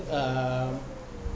um